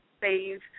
save